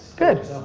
good.